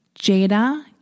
Jada